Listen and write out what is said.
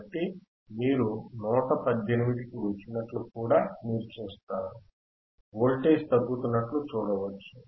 కాబట్టి మీరు 118 కి వచ్చినట్లు కూడా మీరు చూస్తారు వోల్టేజ్ తగ్గుతున్నట్లు చూడవచ్చు